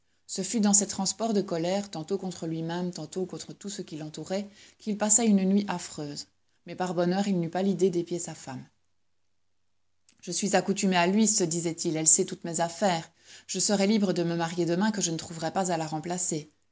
ce fut dans ces transports de colère tantôt contre lui-même tantôt contre tout ce qui l'entourait qu'il passa une nuit affreuse mais par bonheur il n'eut pas l'idée d'épier sa femme je suis accoutumé à louise se disait-il elle sait toutes mes affaires je serais libre de me marier demain que je ne trouverais pas à la remplacer